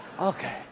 Okay